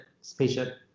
spaceship